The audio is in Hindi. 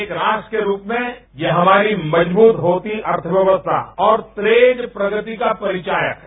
एक राष्ट्र के रूप में यह हमारी मजबूत होती अर्थव्यवस्था और तेज प्रगति का परिचायक है